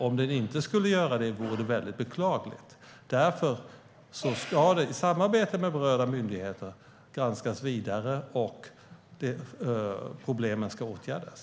Om den inte skulle tas på allvar vore det väldigt beklagligt. Därför ska detta i samarbete med berörda myndigheter granskas vidare, och problemen ska åtgärdas.